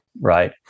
right